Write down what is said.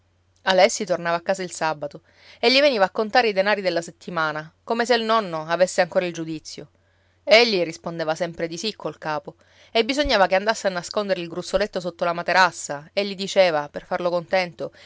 alessi tornava a casa il sabato e gli veniva a contare i denari della settimana come se il nonno avesse ancora il giudizio egli rispondeva sempre di sì col capo e bisognava che andasse a nascondere il gruzzoletto sotto la materassa e gli diceva per farlo contento